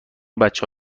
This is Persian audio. بچه